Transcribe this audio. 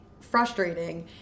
frustrating